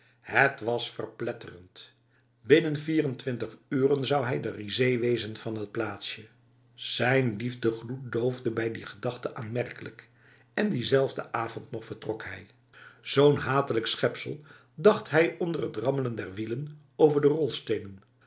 het was verpletterend binnen vierentwintig uren zou hij de risée wezen van het plaatsje zijn liefdegloed doofde bij die gedachte aanmerkelijk en diezelfde avond nog vertrok hij zo'n hatelijk schepsel dacht hij onder het rammelen der wielen over de